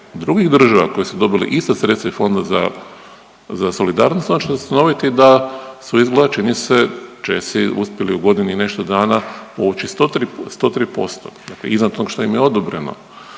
drugih država koji su dobili ista sredstva iz Fonda za solidarnost onda ćete ustanoviti da su u izvlačenju čini se Česi uspjeli u godinu i nešto dana povući 103%, dakle iznad onog što im je odobreno,